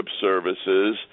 services